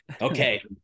Okay